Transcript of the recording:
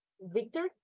Victor